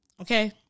Okay